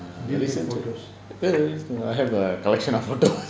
err I have a collection of photos